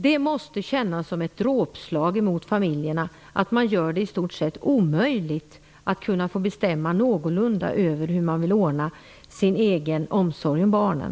Det måste kännas som ett dråpslag mot familjerna, att man gör det i stort sett omöjligt för familjerna att någorlunda få bestämma över hur de vill ordna sin egen omsorg om barnen.